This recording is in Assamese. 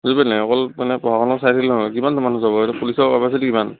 বুজি পালি নে নাই অকল মানে পঢ়া শুনা চাই থাকিলে নহয় কিমানটো মানুহে চাব এইটো পুলিচৰ কেপেচিটি কিমান